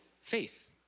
faith